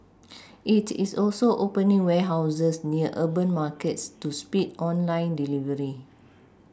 it is also opening warehouses near urban markets to speed online delivery